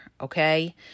Okay